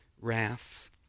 wrath